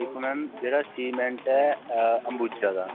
दिक्खो मैम जेह्ड़ा सीमैटं ऐ अम्बुजा दा